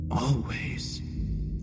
Always